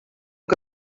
que